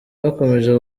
bakomeje